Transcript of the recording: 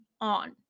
on